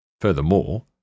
Furthermore